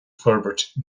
forbairt